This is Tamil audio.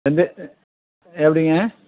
எந்த எப்படிங்க